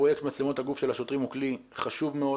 פרויקט מצלמות הגוף של השוטרים הוא כלי חשוב מאוד